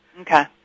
Okay